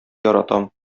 яратам